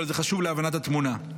אבל זה חשוב להבנת התמונה.